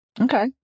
Okay